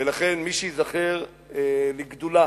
ולכן, מי שייזכר לגדולה